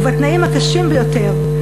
בתנאים הקשים ביותר,